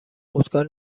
خودکار